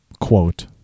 quote